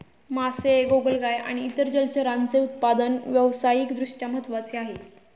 मासे, गोगलगाय आणि इतर जलचरांचे उत्पादन व्यावसायिक दृष्ट्या महत्त्वाचे आहे